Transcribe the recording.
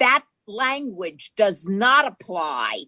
that language does not apply